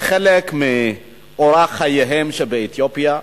חלק מאורח חייהם שבאתיופיה.